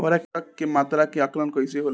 उर्वरक के मात्रा के आंकलन कईसे होला?